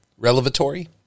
relevatory